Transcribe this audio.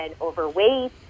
overweight